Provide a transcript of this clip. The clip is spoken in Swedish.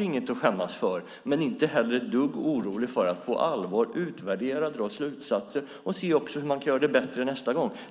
inget att skämmas för men är inte heller ett dugg orolig för att på allvar utvärdera, dra slutsatser och se hur man kan göra det bättre nästa gång.